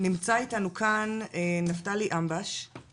נמצא איתנו כאן נפתלי אמבש,